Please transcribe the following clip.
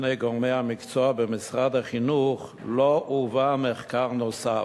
בפני גורמי המקצוע במשרד החינוך לא הובא מחקר נוסף.